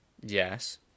Yes